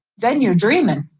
then you're dreaming.